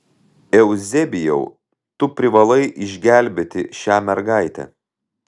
euzebijau tu privalai išgelbėti šią mergaitę